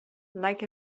like